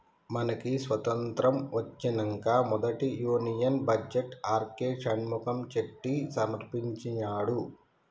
మనకి స్వతంత్రం ఒచ్చినంక మొదటి union budget R K Shanmukham Chetty సమర్పించినాడు